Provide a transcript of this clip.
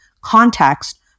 context